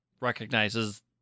recognizes